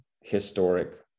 historic